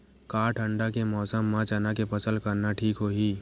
का ठंडा के मौसम म चना के फसल करना ठीक होही?